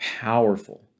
powerful